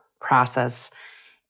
process